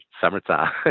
Summertime